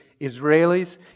Israelis